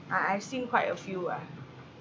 I I've seen quite a few ah